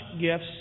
gifts